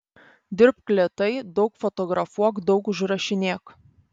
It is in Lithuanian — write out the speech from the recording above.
dirbk lėtai daug fotografuok daug užrašinėk